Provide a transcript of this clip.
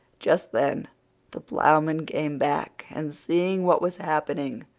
just then the ploughman came back, and seeing what was happening,